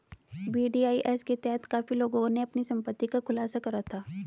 VDIS के तहत काफी लोगों ने अपनी संपत्ति का खुलासा करा था